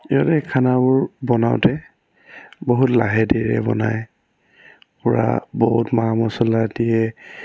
সিহঁতে খানাবোৰ বনাওঁতে বহুত লাহে ধীৰে বনায় পূৰা বহুত মা মচলা দিয়ে